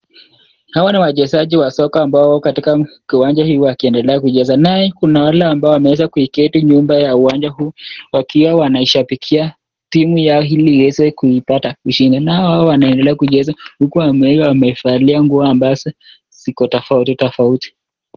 Hawa ni wachezaji wa soka ambao wako katika kiwanja hii wakiendelea kucheza naye kuna wale wameweza kuketi nyuma ya uwanja huu wakiwa wanashabikia timu yao ili iweze kuipata ushindi nao wao wanaendelea kucheza huku wamevalia nguo ambazo zikoi tofauti tofauti.